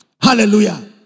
Hallelujah